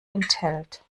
enthält